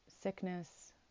sickness